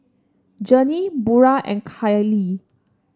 Journey Burrel and Kali